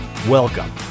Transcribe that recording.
Welcome